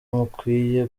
mukwiye